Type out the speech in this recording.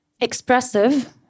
expressive